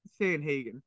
Sanhagen